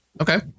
Okay